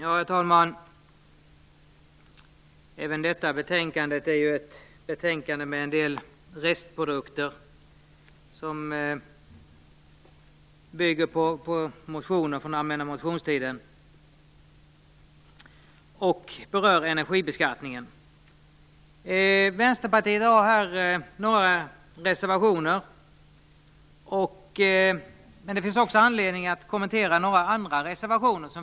Herr talman! Även detta betänkande upptar en del restprodukter, som bygger på motioner från allmänna motionstiden och berör energibeskattningen. Vänsterpartiet har här några reservationer, men det finns också anledning att kommentera andra reservationer.